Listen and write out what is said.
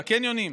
בקניונים?